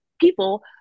people